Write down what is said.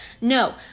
No